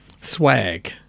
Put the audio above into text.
Swag